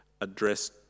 address